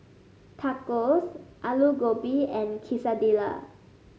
Tacos Alu Gobi and Quesadillas